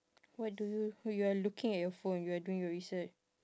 what do you you are looking at your phone you are doing your resear~